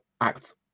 act